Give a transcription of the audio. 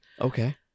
Okay